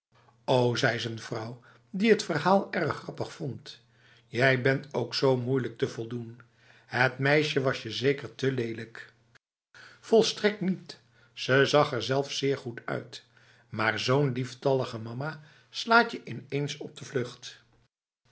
o zei z'n vrouw die het verhaal erg grappig vond jij bent ook z moeilijk te voldoen het meisje was je zeker te lelijkf volstrekt niet ze zag er zelfs zeer goed uit maar zo'n lieftallige mama slaat je ineens op de vluchtf